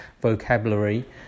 vocabulary